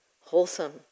wholesome